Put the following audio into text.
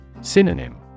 Synonym